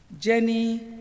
Jenny